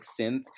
synth